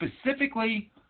specifically